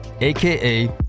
aka